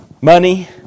money